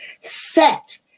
set